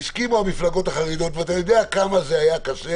הסכימו המפלגות החרדיות, ואתה יודע כמה זה היה קשה